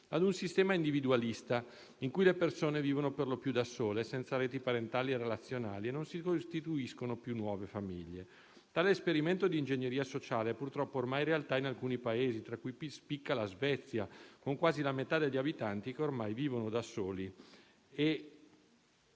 a un sistema individualista, in cui le persone vivono per lo più da sole, senza reti parentali e relazionali e non si costituiscono più nuove famiglie. Tale esperimento di ingegneria sociale è purtroppo ormai realtà in alcuni Paesi, tra cui spicca la Svezia, con quasi la metà degli abitanti che ormai vivono da soli